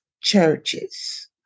churches